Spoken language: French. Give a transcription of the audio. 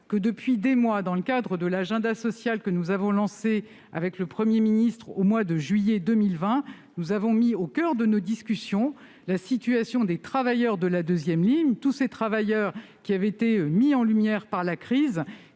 que, depuis des mois, dans le cadre de l'agenda social que nous avons lancé avec le Premier ministre au mois de juillet 2020, nous avons mis au coeur de nos discussions la situation des travailleurs de la deuxième ligne, tous ces travailleurs qui avaient été mis en lumière par la crise,